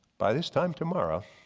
by this time tomorrow